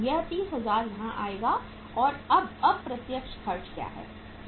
यह 30000 यहाँ आएगा और अब अप्रत्यक्ष खर्च क्या है